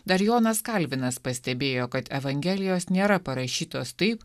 dar jonas kalvinas pastebėjo kad evangelijos nėra parašytos taip